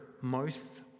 mouth